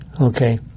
Okay